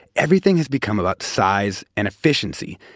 everything has become about size and efficiency.